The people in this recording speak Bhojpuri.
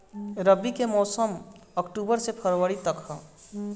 रबी के मौसम अक्टूबर से फ़रवरी तक ह